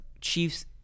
Chiefs